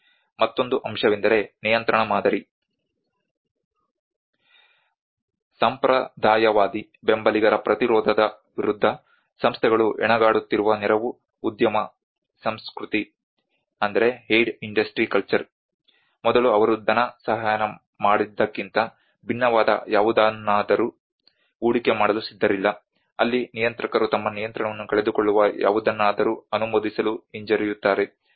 ಮತ್ತೊಂದು ಅಂಶವೆಂದರೆ ನಿಯಂತ್ರಣ ಮಾದರಿ ಸಂಪ್ರದಾಯವಾದಿ ಬೆಂಬಲಿಗರ ಪ್ರತಿರೋಧದ ವಿರುದ್ಧ ಸಂಸ್ಥೆಗಳು ಹೆಣಗಾಡುತ್ತಿರುವ ನೆರವು ಉದ್ಯಮ ಸಂಸ್ಕೃತಿ ಮೊದಲು ಅವರು ಧನಸಹಾಯ ಮಾಡಿದ್ದಕ್ಕಿಂತ ಭಿನ್ನವಾದ ಯಾವುದನ್ನಾದರೂ ಹೂಡಿಕೆ ಮಾಡಲು ಸಿದ್ಧರಿಲ್ಲ ಅಲ್ಲಿ ನಿಯಂತ್ರಕರು ತಮ್ಮ ನಿಯಂತ್ರಣವನ್ನು ಕಳೆದುಕೊಳ್ಳುವ ಯಾವುದನ್ನಾದರೂ ಅನುಮೋದಿಸಲು ಹಿಂಜರಿಯುತ್ತಾರೆ